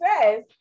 says